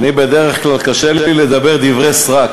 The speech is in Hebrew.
בדרך כלל קשה לי לדבר דברי סרק.